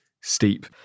steep